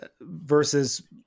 versus